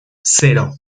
cero